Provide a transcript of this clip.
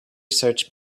search